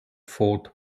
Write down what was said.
fourth